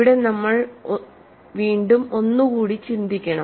ഇവിടെ വീണ്ടും നമ്മൾ ഒന്നുകൂടി ചിന്തിക്കണം